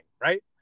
right